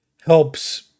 helps